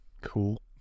Cool